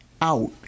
out